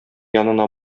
янына